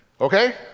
Okay